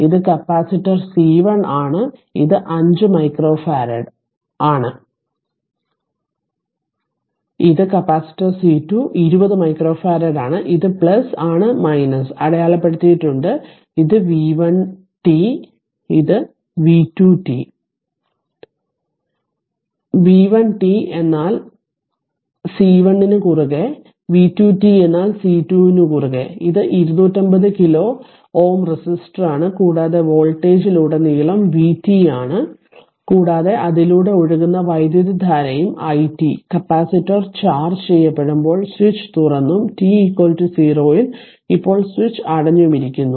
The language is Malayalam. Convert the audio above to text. ഇത് കപ്പാസിറ്റർ C 1 ആണ് ഇത് 5 മൈക്രോഫറാഡ് ആണ് ഇത് കപ്പാസിറ്റർ C 2 20 മൈക്രോഫറാഡാണ് ഇത് ആണ് അടയാളപ്പെടുത്തിയിട്ടുണ്ട് ഇത് v1 t v2 t V 1 t എന്നാൽ C1 ന് കുറുകെ V 2 t എന്നാൽ C 2 ന് കുറുകെ ഇത് 250 കിലോ Ω റെസിസ്റ്ററാണ് കൂടാതെ വോൾട്ടേജിലുടനീളം vt ആണ് കൂടാതെ അതിലൂടെ ഒഴുകുന്ന വൈദ്യുതധാരയും it കപ്പാസിറ്റർ ചാർജ് ചെയ്യപ്പെട്ടുബോൾ സ്വിച്ച് തുറന്നും t 0 ഇൽ ഇപ്പോൾ സ്വിച്ച് അടഞ്ഞിരിക്കുന്നു